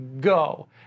go